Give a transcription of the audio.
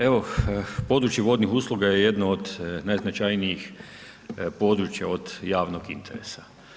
Evo područje vodnih usluga je jedno od najznačajnijih područja od javnog interesa.